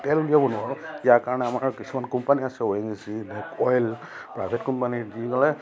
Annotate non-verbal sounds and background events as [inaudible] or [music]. তেল উলিয়াব নোৱাৰোঁ ইয়াৰ কাৰণে আমাৰ কিছুমান কোম্পানী আছে O N G C oil private company দি [unintelligible]